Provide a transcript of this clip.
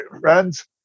friends